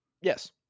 Yes